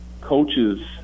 coaches